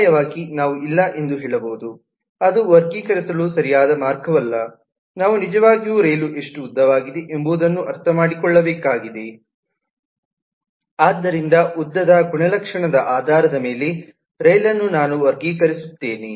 ಪರ್ಯಾಯವಾಗಿ ನಾವು ಇಲ್ಲ ಎಂದು ಹೇಳಬಹುದು ಅದು ವರ್ಗೀಕರಿಸಲು ಸರಿಯಾದ ಮಾರ್ಗವಲ್ಲ ನಾನು ನಿಜವಾಗಿಯೂ ರೈಲು ಎಷ್ಟು ಉದ್ದವಾಗಿದೆ ಎಂಬುದನ್ನು ಅರ್ಥಮಾಡಿಕೊಳ್ಳಬೇಕಾಗಿದೆ ಆದ್ದರಿಂದ ಉದ್ದದ ಗುಣಲಕ್ಷಣದ ಆಧಾರದ ಮೇಲೆ ರೈಲನ್ನು ನಾನು ವರ್ಗೀಕರಿಸುತ್ತೇನೆ